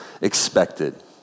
expected